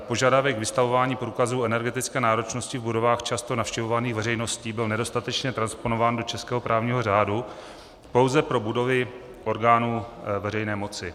Požadavek vystavování průkazu energetické náročnosti v budovách často navštěvovaných veřejnosti byl nedostatečně transponován do českého právního řádu, pouze pro budovy orgánů veřejné moci.